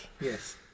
Yes